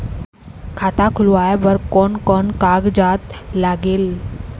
खाता खुलवाय बर कोन कोन कागजात लागेल?